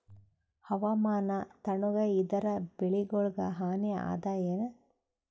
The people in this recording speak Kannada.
ಹವಾಮಾನ ತಣುಗ ಇದರ ಬೆಳೆಗೊಳಿಗ ಹಾನಿ ಅದಾಯೇನ?